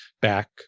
back